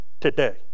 Today